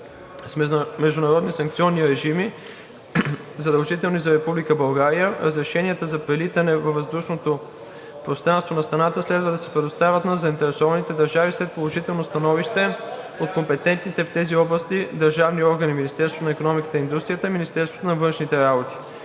с международни санкционни режими, задължителни за Република България, разрешенията за прелитане във въздушното пространство следва да се предоставят на заинтересованите държави след положително становище от компетентните в тези области държавни органи – Министерството на икономиката и индустрията, Министерството на външните работи.